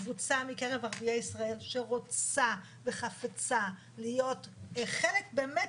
קבוצה מקרב ערביי ישראל שרוצה וחפצה להיות חלק באמת